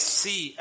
see